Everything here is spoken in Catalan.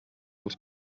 als